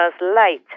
light